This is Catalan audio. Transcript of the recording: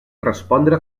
respondre